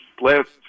last